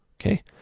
okay